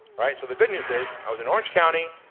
right? so the good news is, was in orange county,